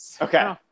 Okay